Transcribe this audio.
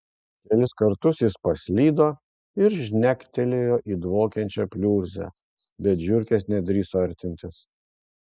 kelis kartus jis paslydo ir žnektelėjo į dvokiančią pliurzę bet žiurkės nedrįso artintis